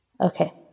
Okay